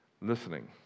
listening